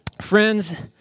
friends